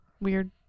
weird